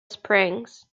springs